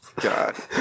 god